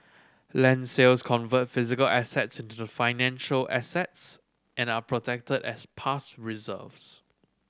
land sales convert physical assets into financial assets and are protected as past reserves